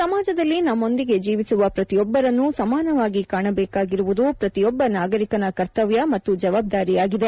ಸಮಾಜದಲ್ಲಿ ನಮ್ಮೊಂದಿಗೆ ಜೀವಿಸುವ ಪ್ರತಿಯೊಬ್ಬರನ್ನೂ ಸಮಾನವಾಗಿ ಕಾಣಬೇಕಾಗಿರುವುದು ಪ್ರತಿಯೊಬ್ಬ ನಾಗರಿಕನ ಕರ್ತಮ್ಯ ಮತ್ತು ಜವಾಬ್ದಾರಿಯಾಗಿದೆ